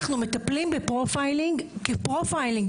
אנחנו מטפלים ב"פרופיילינג" כ"פרופיילינג",